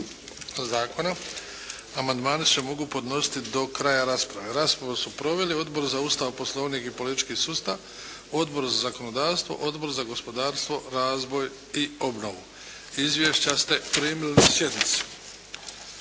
zakona. Amandmani se mogu podnositi do kraja rasprave. Raspravu su proveli Odbor za Ustav, Poslovnik i politički sustav, Odbor za zakonodavstvo, Odbor za gospodarstvo, razvoj i obnovu. Izvješća ste primili na sjednici.